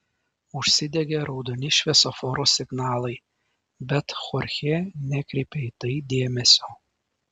užsidegė raudoni šviesoforo signalai bet chorchė nekreipė į tai dėmesio